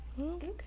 okay